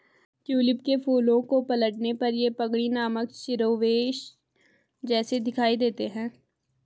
tulip के फूलों को पलटने पर ये पगड़ी नामक शिरोवेश जैसे दिखाई देते हैं